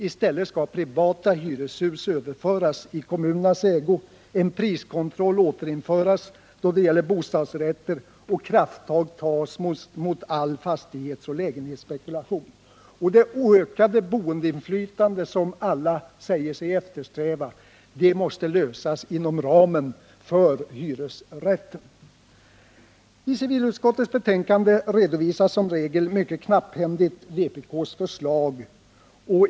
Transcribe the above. I stället skall privata hyreshus överföras i kommunernas ägo, en priskontroll återinföras då det gäller bostadsrätter och krafttag tas mot all fastighetsoch lägenhetsspekulation. Det ökade boendeinflytande som alla säger sig eftersträva måste åstadkommas inom ramen för hyresrätten. I civilutskottets betänkande redovisas som regel vpk:s förslag mycket knapphändigt.